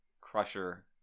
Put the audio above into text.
Crusher